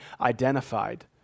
identified